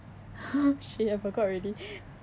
shit I forgot already